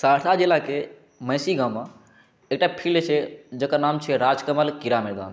सहरसा जिलाके महिषी गाममे एकटा फील्ड छै जकर नाम छिए राजकमल क्रीड़ा मैदान